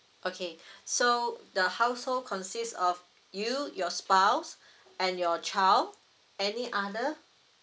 okay so the household consists of you your spouse and your child any other